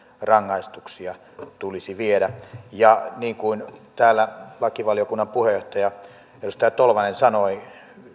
rangaistuksia tulisi viedä niin kuin täällä lakivaliokunnan puheenjohtaja edustaja tolvanen sanoi